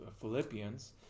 Philippians